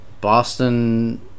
Boston